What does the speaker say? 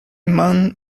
man